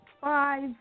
five